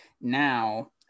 now